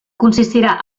consistirà